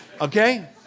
Okay